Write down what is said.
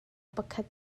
pakhat